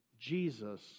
Jesus